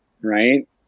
Right